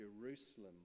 Jerusalem